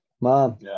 Mom